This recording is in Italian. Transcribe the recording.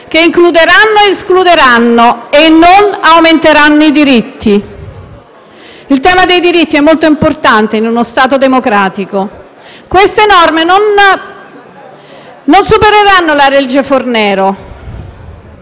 che includeranno ed escluderanno, ma non aumenteranno i diritti. Il tema dei diritti è molto importante in uno Stato democratico e queste norme non supereranno la legge Fornero.